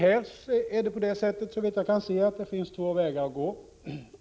Även här finns det, såvitt jag kan se, två vägar att gå.